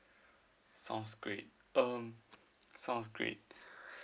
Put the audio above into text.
sounds great um sounds great